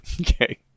okay